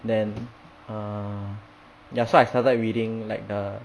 then err ya so I started reading like the